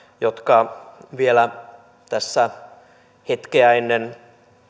jotka vielä tässä hetkeä ennen